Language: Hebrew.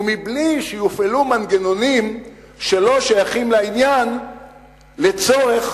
ובלי שיופעלו מנגנונים שלא שייכים לעניין לצורך